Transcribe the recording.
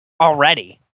already